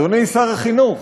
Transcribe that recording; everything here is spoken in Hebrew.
אדוני שר החינוך,